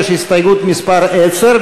הסתייגות מס' 10,